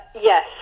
Yes